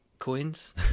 Coins